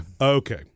Okay